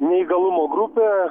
neįgalumo grupę